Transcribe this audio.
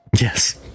Yes